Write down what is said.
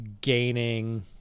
gaining